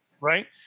Right